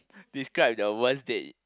describe the worst date